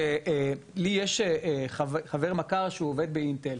לי יש חבר מכר שהוא עובד באינטל,